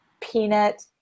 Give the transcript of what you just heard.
Peanut